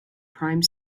prime